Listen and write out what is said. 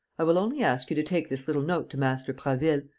i will only ask you to take this little note to master prasville,